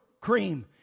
cream